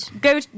go